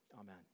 amen